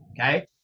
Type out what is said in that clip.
okay